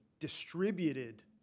distributed